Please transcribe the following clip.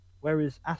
Whereas